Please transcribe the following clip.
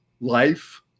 life